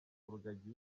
rugagi